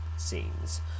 Scenes